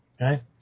Okay